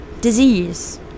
disease